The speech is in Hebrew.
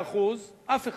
19% אף אחד.